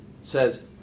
says